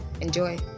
Enjoy